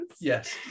Yes